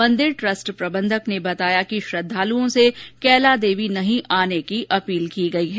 मंदिर ट्रस्ट प्रबन्धक ने बताया कि श्रद्दालुओं से कैलादेवी नहीं आने की अपील की गई है